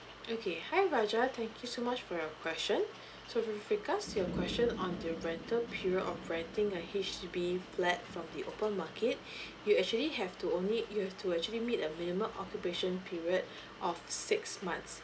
okay hi raja thank you so much for your question so with regards to your question on the rental period of renting a H_D_B flat from the open market you actually have to only you have to actually meet a minimum occupation period of six months